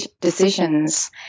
decisions